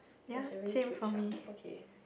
there's a really cute shark okay